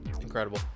incredible